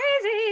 Crazy